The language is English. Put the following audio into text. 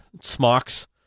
smocks